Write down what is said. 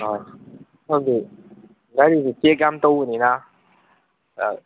ꯍꯣꯏ ꯍꯧꯖꯤꯛ ꯒꯥꯔꯤꯁꯦ ꯆꯦꯛ ꯌꯥꯝ ꯇꯧꯕꯅꯤꯅ